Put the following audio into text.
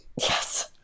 yes